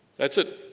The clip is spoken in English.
that's it,